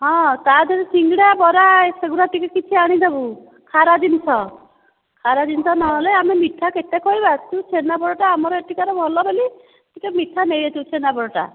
ହଁ ତା ଦେହରେ ସିଙ୍ଗିଡ଼ା ବରା ଏ ସେଗୁରା ଟିକିଏ କିଛି ଆଣିଥିବୁ ଖାରା ଜିନିଷ ଖାରା ଜିନିଷ ନହେଲେ ଆମେ ମିଠା କେତେ ଖୋଇବା ତୁ ଛେନାପୋଡ଼ଟା ଆମର ଏଠିକାର ଭଲ ବୋଲି ଟିକିଏ ମିଠା ନେଇ ଆସିବୁ ଛେନା ପୋଡ଼ଟା